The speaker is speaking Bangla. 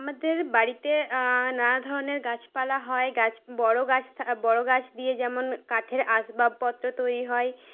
আমাদের বাড়িতে নানা ধরণের গাছপালা হয় গাছ বড়ো গাছ বড়ো গাছ দিয়ে যেমন কাঠের আসবাবপত্র তৈরি হয়